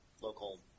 local